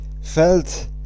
felt